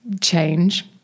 change